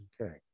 okay